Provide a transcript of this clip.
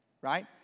right